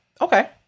Okay